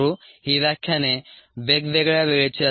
ही व्याख्याने वेगवेगळ्या वेळेची असतील